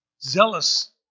zealous